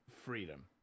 freedom